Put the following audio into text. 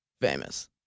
Famous